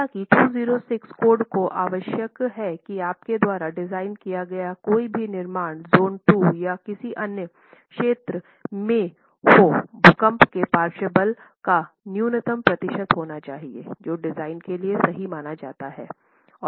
हालाँकि 2016 कोड को आवश्यक है कि आपके द्वारा डिज़ाइन किया गया कोई भी निर्माण ज़ोन II या किसी अन्य क्षेत्र में हो भूकंप के पार्श्व बल का न्यूनतम प्रतिशत होना चाहिए जो डिजाइन के लिए सही माना जाता है